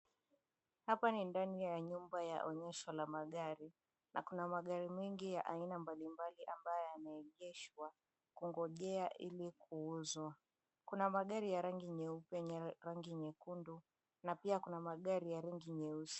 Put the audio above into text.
Hapa ni ndani ya nyumba ya onyesho la magari, ako na magari mengi ya aina mbali mbali ambayo yameegeshwa kungojea ili kuuzwa, kuna magari ya rangi nyeupe, ya rangi nyekundu, na pia kuna magari ya rangi nyeusi.